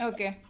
Okay